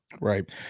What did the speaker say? Right